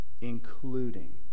including